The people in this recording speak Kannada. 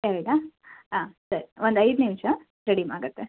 ಎರಡ ಹಾ ಸರಿ ಒಂದು ಐದು ನಿಮಿಷ ರೆಡಿ ಮಾಡೋಕ್ಕೆ